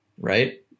right